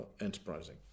enterprising